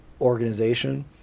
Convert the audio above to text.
organization